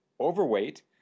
overweight